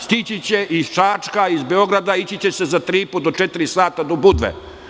Stići će iz Čačka, iz Beograda ići će se četiri sata do Budve.